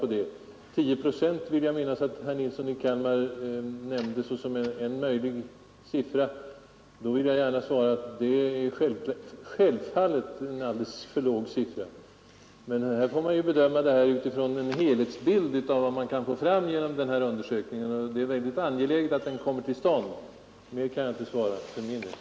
Jag vill minnas att herr Nilsson i Kalmar nämnde en så obetydlig siffra som 10 procent såsom en möjlig siffra för spridningen. Då vill jag gärna svara att denna siffra självfallet är alldeles för låg. Man får ju bedöma detta med spridningen utifrån en helhetsbild av vad man kan få fram genom undersökningen. Det är väldigt angeläget att den kommer till stånd. Mer kan jag inte svara för min del.